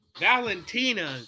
Valentina